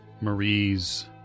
Marie's